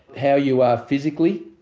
how you are physically,